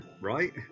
Right